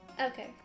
Okay